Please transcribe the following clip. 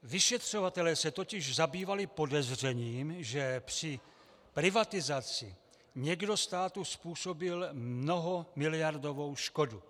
Vyšetřovatelé se totiž zabývali podezřením, že při privatizaci někdo státu způsobil mnohamiliardovou škodu.